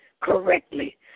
correctly